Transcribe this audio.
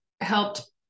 helped